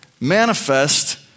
manifest